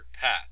path